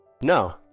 No